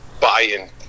buy-in